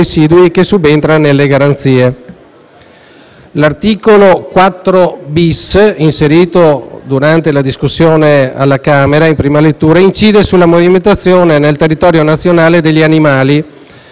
L'articolo 4-*bis*, inserito durante la discussione del provvedimento alla Camera in prima lettura, incide sulla movimentazione nel territorio nazionale degli animali